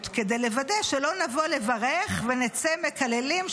כדי לוודא שלא נבוא לברך ונצא מקללים,